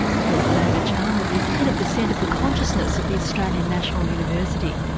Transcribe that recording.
professor david chalmers is head of the centre for consciousness at the australian national university.